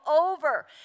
over